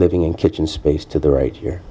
living in kitchen space to the right here